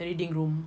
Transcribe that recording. reading room